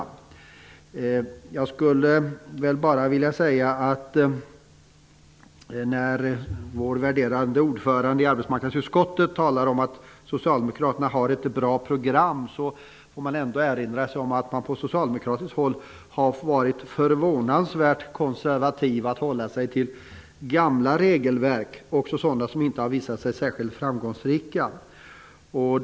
När vår värderade ordförande i arbetsmarknadsutskottet talar om att socialdemokraterna har ett bra program, får man ändå erinra sig att socialdemokraterna har varit förvånansvärt konservativa och hållit sig till gamla regelverk, också sådana som inte visat sig särskilt framgångsrika.